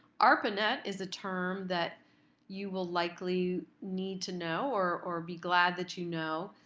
arpanet is a term that you will likely need to know, or or be glad that you know,